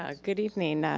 ah good evening.